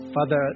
Father